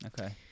okay